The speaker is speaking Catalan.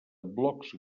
blocs